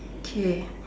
okay